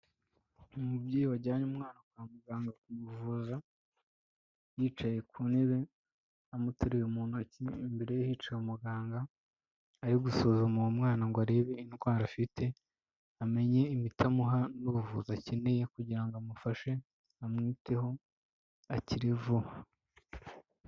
Umubyeyi wajyanye umwana kwa muganga kumuvuza, yicaye ku ntebe, amuteruye mu ntoki ze, imbere ye hicaye umuganga, ari gusuzuma uwo mwana ngo arebe indwara afite, amenye imiti amuha n'ubuvuzi akeneye kugira amufashe, amwiteho akire vuba.